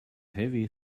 heavy